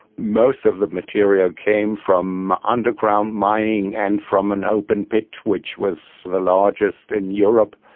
most of the material came from underground mining and from an open pit which was the largest in europe,